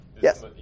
Yes